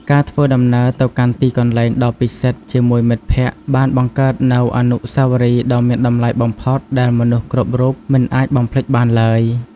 ការធ្វើដំណើរទៅកាន់ទីកន្លែងដ៏ពិសិដ្ឋជាមួយមិត្តភក្តិបានបង្កើតនូវអនុស្សាវរីយ៍ដ៏មានតម្លៃបំផុតដែលមនុស្សគ្រប់រូបមិនអាចបំភ្លេចបានឡើយ។